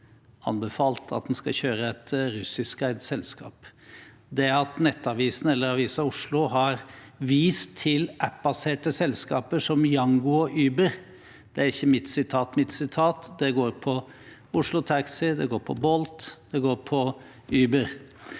at en skal kjøre et russiskeid selskap. Det at Nettavisen eller Avisa Oslo har vist til appbaserte selskaper som Yango og Uber, er ikke mitt sitat. Mitt sitat går på Oslo Taxi, det går på Bolt, det går på Uber.